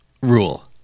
rule